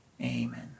Amen